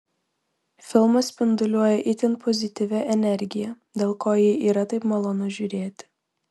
filmas spinduliuoja itin pozityvia energija dėl ko jį yra taip malonu žiūrėti